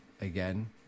again